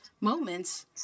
moments